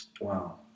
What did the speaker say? Wow